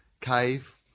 cave